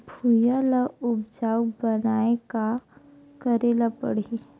भुइयां ल उपजाऊ बनाये का करे ल पड़ही?